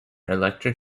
electric